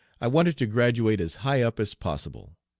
i wanted to graduate as high up as possible.